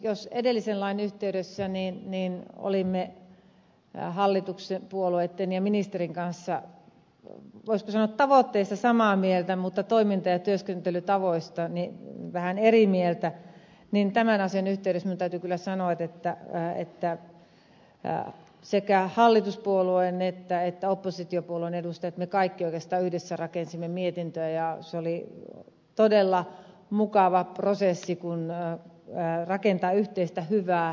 jos edellisen lain yhteydessä olimme hallituspuolueitten ja ministerin kanssa voisiko sanoa tavoitteista samaa mieltä mutta toiminta ja työskentelytavoista vähän eri mieltä niin tämän asian yhteydessä minun täytyy kyllä sanoa että sekä hallituspuolueiden että oppositiopuolueiden edustajat rakensivat me kaikki oikeastaan yhdessä rakensimme mietintöä ja se oli todella mukava prosessi rakentaa yhteistä hyvää